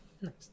nice